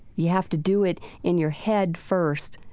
you have to do it in your head first,